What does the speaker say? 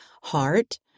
heart